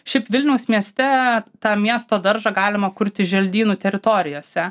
šiaip vilniaus mieste tą miesto daržą galima kurti želdynų teritorijose